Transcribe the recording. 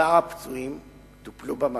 שאר הפצועים טופלו במקום.